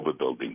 overbuilding